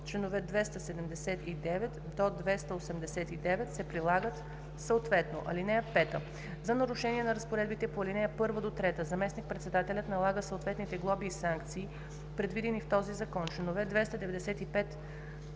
Членове 279 – 289 се прилагат съответно. (5) За нарушение на разпоредбите по ал. 1-3 заместник-председателят налага съответните глоби и санкции, предвидени в този закон. Членове 295